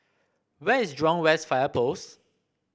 where is Jurong West Fire Post